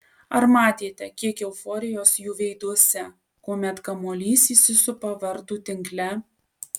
ar matėte kiek euforijos jų veiduose kuomet kamuolys įsisupa vartų tinkle